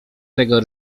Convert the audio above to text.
tego